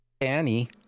Annie